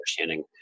understanding